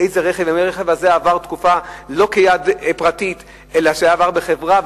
איזה רכב והאם הרכב עבר תקופה לא כיד פרטית אלא היה בחברה,